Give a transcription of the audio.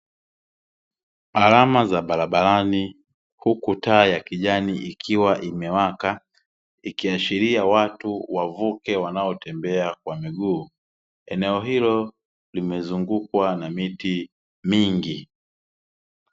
Alama za barabarani huku taa ya kijani ikiwa imewaka ikiashiria watu wavuke wanaotembea kwa miguu, eneo hilo limezungukwa na miti mingi.